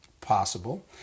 possible